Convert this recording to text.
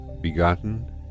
begotten